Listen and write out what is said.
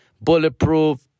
bulletproof